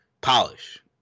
polish